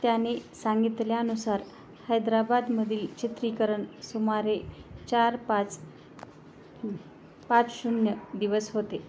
त्याने सांगितल्यानुसार हैदराबादमधील चित्रीकरण सुमारे चार पाच पाच शून्य दिवस होते